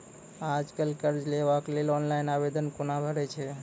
आज कल कर्ज लेवाक लेल ऑनलाइन आवेदन कूना भरै छै?